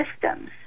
systems